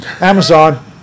Amazon